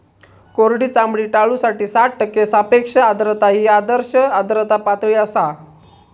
कोरडी चामडी टाळूसाठी साठ टक्के सापेक्ष आर्द्रता ही आदर्श आर्द्रता पातळी आसा